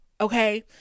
okay